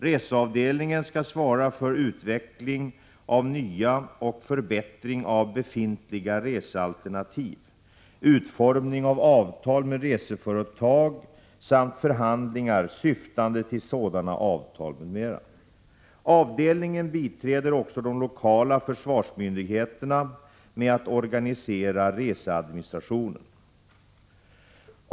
Reseavdelningen skall svara för utveckling av nya och förbättring av befintliga resealternativ, utformning av avtal med reseföretag samt förhandlingar syftande till sådana avtal m.m. Avdelningen biträder också de lokala försvarsmyndigheterna med att organisera reseadministrationen.